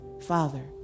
Father